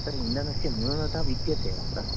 तत्र इन्धनस्य न्यूनता विद्यते अत्र